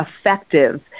effective